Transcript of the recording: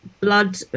blood